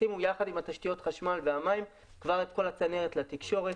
ישימו יחד עם תשתיות החשמל והמים כבר את כל הצנרת לתקשורת.